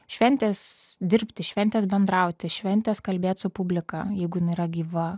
šventės dirbti šventės bendrauti šventės kalbėt su publika jeigu jinai yra gyva